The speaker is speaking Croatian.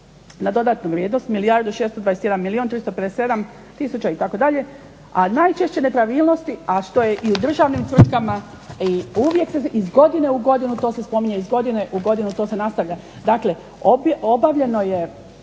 na dodatnu vrijednost milijardu i 621 milijun 357 tisuća itd., a najčešće nepravilnosti, a što je i u državnim tvrtkama i uvijek se iz godine u godinu to se spominje, iz godine u godinu to se nastavlja. Dakle, obavljeno je